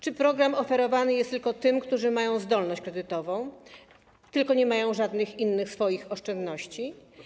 Czy program oferowany jest tylko tym, którzy mają zdolność kredytową, tylko nie mają żadnych innych swoich oszczędności?